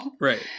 right